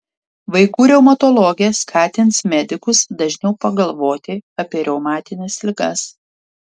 vaikų reumatologė skatins medikus dažniau pagalvoti apie reumatines ligas